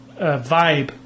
vibe